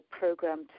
program